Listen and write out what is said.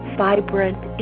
vibrant